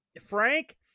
Frank